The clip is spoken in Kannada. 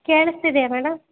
ಕೇಳಿಸ್ತಿದೇಯ ಮೇಡಮ್